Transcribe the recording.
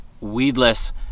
weedless